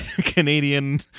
Canadian